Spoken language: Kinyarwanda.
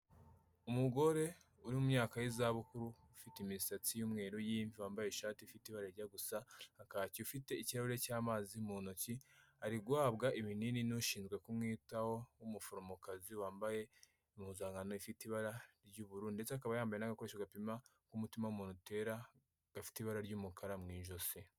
Umugore uri mu myaka y'izabukuru ufite imisatsi y'umweru y'imvi wambaye ishati ifite ibara rijya gusa na kake, ufite ikirahuri cy'amazi mu ntoki, ari guhabwa ibinini n'ushinzwe kumwitaho w'umuforomokazi wambaye impuzankano ifite ibara ry'ubururu, ndetse akaba yambaye n'agakoresho gapima k'umutima w'umuntu utera gafite ibara ry'umukara mu ijosi.